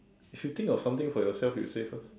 if you think of something for yourself you say first